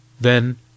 Then